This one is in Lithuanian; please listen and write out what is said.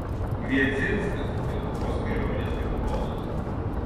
kviecinskas lietuvos kariuomenės kapitonas